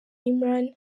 imran